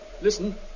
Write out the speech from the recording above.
Listen